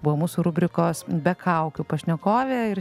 buvo mūsų rubrikos be kaukių pašnekovė ir